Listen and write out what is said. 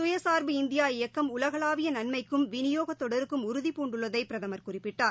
சுயசார்பு இந்தியா இயக்கம் உலகளாவிய நன்மைக்கும் விநியோக தொடருக்கும் உறுதிபூண்டுள்ளதை பிரதமர் குறிப்பிட்டார்